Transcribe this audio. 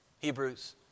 Hebrews